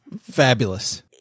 Fabulous